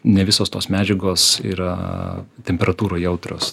ne visos tos medžiagos yra temperatūrai jautrios